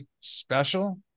special